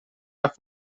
حرف